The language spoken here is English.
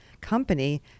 company